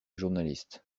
journaliste